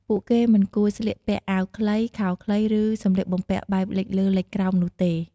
ពួកគេ មិនគួរស្លៀកពាក់អាវខ្លី ខោខ្លី ឬសម្លៀកបំពាក់បែបលិចលើលិចក្រោមនុះទេ។